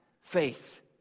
faith